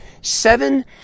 seven